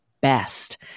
best